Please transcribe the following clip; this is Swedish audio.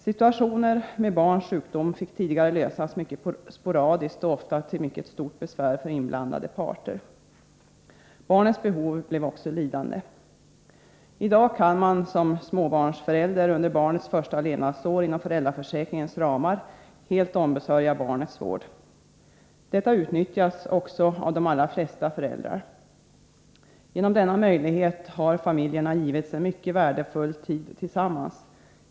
Situationer med barns sjukdom fick tidigare lösas mycket sporadiskt och ofta till mycket stort besvär för inblandade parter. Barnens behov blev också lidande. I dag kan man som småbarnsförälder under barnets första levnadsår inom föräldraförsäkringens ramar helt ombesörja barnets vård. Detta utnyttjas också av de allra flesta föräldrar. Genom denna möjlighet har familjerna givits en mycket värdefull tid tillsammans.